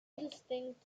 distinct